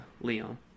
Leon